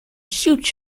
huge